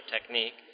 technique